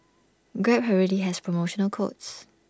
grab already has promotional codes